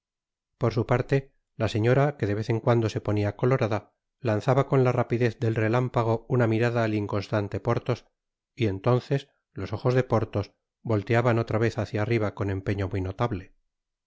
por su parte la señora que de vez en cuando se ponia colorada lanzaba con la rapidez del relámpago una mirada al inconstante porthos y entonces los ojos de porthos volteaban otra vez hácia arriba con empeño muy notable